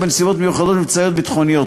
או בנסיבות מיוחדות מבצעיות ביטחוניות,